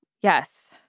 Yes